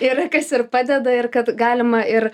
yra kas ir padeda ir kad galima ir